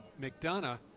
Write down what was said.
McDonough